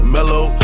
Mellow